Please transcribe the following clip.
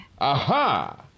Aha